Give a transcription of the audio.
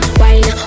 wine